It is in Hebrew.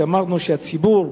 שאמרנו שהציבור,